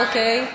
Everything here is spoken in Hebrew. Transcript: אוקיי.